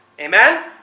Amen